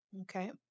Okay